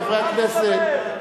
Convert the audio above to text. חבר הכנסת,